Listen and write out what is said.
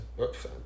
Oops